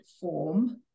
form